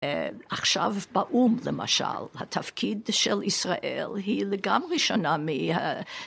עכשיו באום, למשל, התפקיד של ישראל היא לגמרי שונה מ...